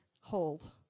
hold